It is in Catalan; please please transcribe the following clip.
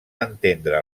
entendre